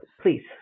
please